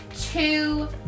two